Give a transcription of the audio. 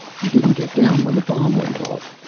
you didn't get down when the bomb went off.